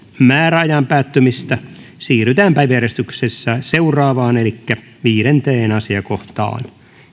määräajan päättymistä siirrytään päiväjärjestyksen seuraavaan viidenteen asiakohtaan